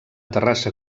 terrassa